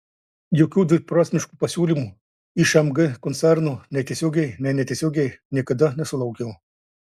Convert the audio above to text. jokių dviprasmiškų pasiūlymų iš mg koncerno nei tiesiogiai nei netiesiogiai niekada nesulaukiau